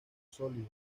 sólido